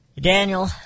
Daniel